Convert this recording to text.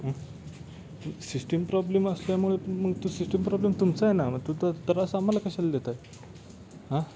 हां system problem असल्यामुळे मग तो सिस्टीम प्रॉब्लेम तुमचा आहे ना मग तो त्रास आम्हाला कशाला देताय हां